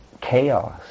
chaos